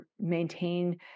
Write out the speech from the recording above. maintain